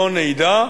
לא נדע.